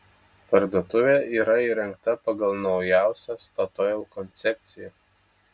parduotuvė yra įrengta pagal naujausią statoil koncepciją